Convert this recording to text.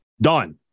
Done